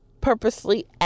Purposely